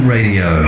Radio